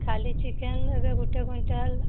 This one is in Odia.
ଖାଲି ଚିକେନ୍ ଦେବେ ଗୋଟେ କ୍ଵିଣ୍ଟାଲ୍